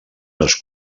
les